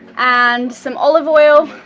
and some olive oil,